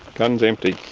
gun's empty.